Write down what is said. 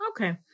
okay